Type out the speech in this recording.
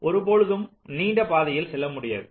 ஒரு பொழுதும் நீண்ட பாதையில் செல்ல முடியாது